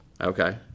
Okay